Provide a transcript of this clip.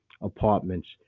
apartments